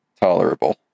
tolerable